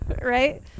right